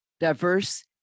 diverse